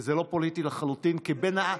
זה לחלוטין לא פוליטי.